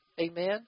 Amen